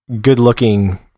good-looking